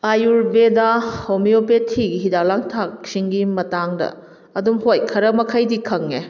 ꯑꯥꯌꯨꯔꯕꯦꯗꯥ ꯍꯣꯃꯤꯌꯣꯄꯦꯊꯤꯒꯤ ꯍꯤꯗꯥꯛ ꯂꯥꯡꯊꯛꯁꯤꯡꯒꯤ ꯃꯇꯥꯡꯗ ꯑꯗꯨꯝ ꯍꯣꯏ ꯈꯔ ꯃꯈꯩꯗꯤ ꯈꯪꯉꯦ